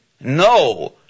No